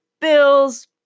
bills